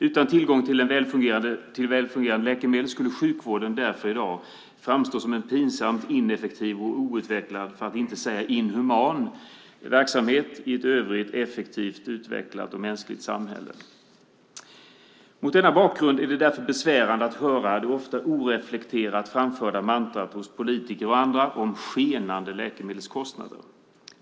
Utan tillgång till väl fungerande läkemedel skulle sjukvården i dag framstå som en pinsamt ineffektiv och outvecklad, för att inte säga inhuman, verksamhet i ett i övrigt effektivt, utvecklat och mänskligt samhälle. Mot denna bakgrund är det besvärande att höra det ofta oreflekterat framförda mantrat hos politiker och andra om skenande läkemedelskostnader.